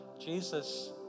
Jesus